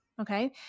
Okay